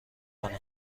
کنم